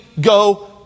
go